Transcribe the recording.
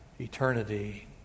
eternity